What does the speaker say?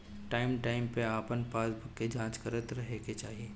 time time पे अपन passbook के जाँच करत रहे के चाही